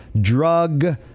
drug